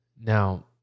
Now